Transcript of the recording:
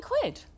quid